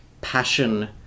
passion